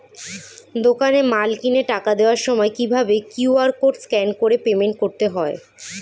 দোকানে মাল কিনে টাকা দেওয়ার সময় কিভাবে কিউ.আর কোড স্ক্যান করে পেমেন্ট করতে হয়?